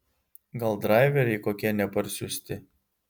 gal draiveriai kokie neparsiųsti